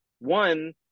one